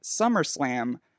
SummerSlam